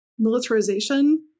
militarization